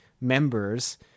members